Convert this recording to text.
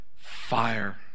Fire